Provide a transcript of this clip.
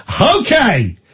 Okay